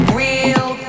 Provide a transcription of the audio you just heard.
real